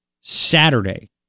Saturday